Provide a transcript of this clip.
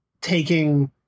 taking